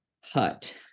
Hut